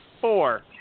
four